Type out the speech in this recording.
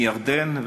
מירדן,